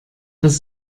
das